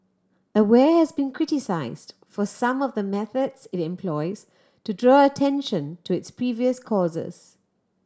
aware has been criticised for some of the methods it employs to draw attention to its previous causes